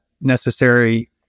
necessary